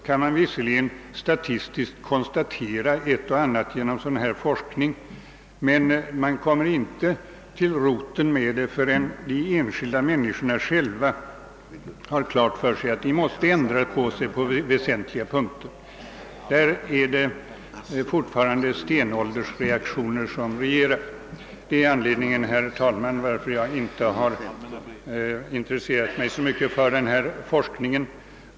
Man kan visserligen statistiskt konstatera ett och annat genom forskning, men man kommer inte till roten med problemen förrän de enskilda människorna har klart för sig att de måste ändra sig på väsentliga punkter. På detta område regerar fortfarande stenåldersuppfattningar. Herr talman! Det anförda är anledningen till att jag inte intresserat mig så mycket för denna forskning.